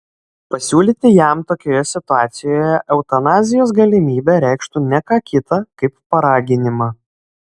pasiūlyti jam tokioje situacijoje eutanazijos galimybę reikštų ne ką kita kaip paraginimą